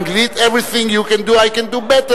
באנגלית: everything you can do, I can do better.